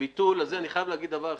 אני חייב להגיד דבר אחד,